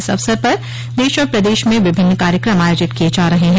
इस अवसर पर देश और प्रदेश में विभिन्न कार्यक्रम आयोजित किये जा रहे हैं